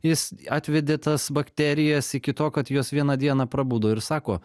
jis atvedė tas bakterijas iki to kad jos vieną dieną prabudo ir sako